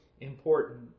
important